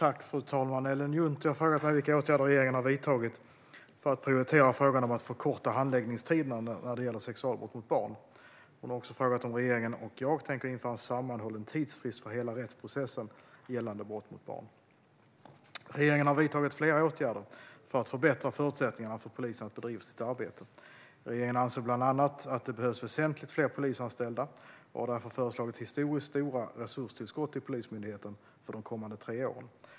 Fru talman! Ellen Juntti har frågat mig vilka åtgärder regeringen har vidtagit för att prioritera frågan om att förkorta handläggningstiderna när det gäller sexualbrott mot barn. Hon har också frågat om regeringen och jag tänker införa en sammanhållen tidsfrist för hela rättsprocessen gällande brott mot barn. Regeringen har vidtagit flera åtgärder för att förbättra förutsättningarna för polisen att bedriva sitt arbete. Regeringen anser bland annat att det behövs väsentligt fler polisanställda och har därför föreslagit historiskt stora resurstillskott till Polismyndigheten för de kommande tre åren.